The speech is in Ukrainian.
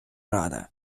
рада